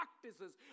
practices